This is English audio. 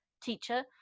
teacher